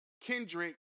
Kendrick